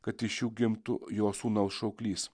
kad iš jų gimtų jo sūnaus šauklys